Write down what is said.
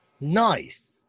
Nice